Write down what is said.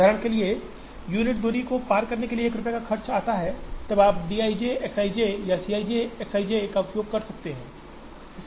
उदाहरण के लिए यूनिट दूरी को पार करने के लिए 1 रुपये का खर्च आता है तब आप dij X ij या C ij X i j का उपयोग कर सकते हैं